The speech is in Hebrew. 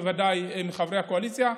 בוודאי עם חברי הקואליציה.